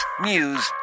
news